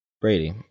Brady